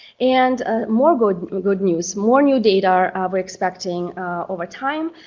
and ah more good good news, more new data we are expecting over time.